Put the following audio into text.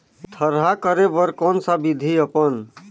थरहा करे बर कौन सा विधि अपन?